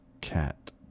cat